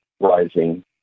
rising